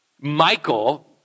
Michael